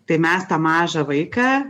tai mes tą mažą vaiką